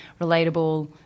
relatable